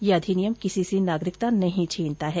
यह अधिनियम किसी से नागरिकता नहीं छीनता है